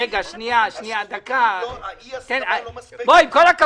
אי הסכמה לא מספקת.